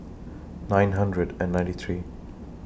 nine hundred and ninety three